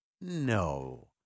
no